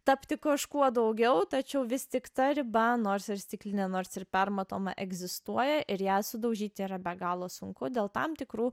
tapti kažkuo daugiau tačiau vis tik ta riba nors ir stiklinė nors ir permatoma egzistuoja ir ją sudaužyti yra be galo sunku dėl tam tikrų